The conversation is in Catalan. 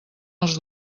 els